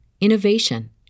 innovation